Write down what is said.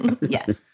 Yes